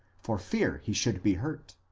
for fear he should be hurt.